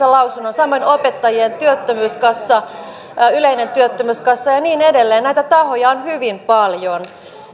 lausunnon samoin opettajien työttömyyskassa yleinen työttömyyskassa ja ja niin edelleen näitä tahoja on hyvin paljon